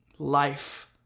life